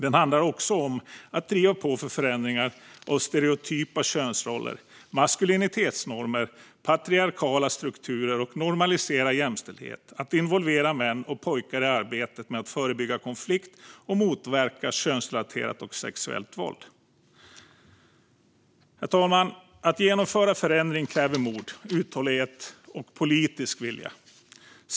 Den handlar också om att driva på för förändringar av stereotypa könsroller, maskulinitetsnormer och patriarkala strukturer samt för att normalisera jämställdhet. Män och pojkar ska involveras i arbetet med att förebygga konflikt och motverka könsrelaterat och sexuellt våld. Herr talman! Att genomföra förändring kräver mod, uthållighet och politisk vilja.